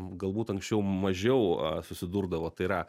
galbūt anksčiau mažiau a susidurdavo tai yra